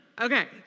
Okay